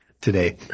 today